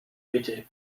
bitte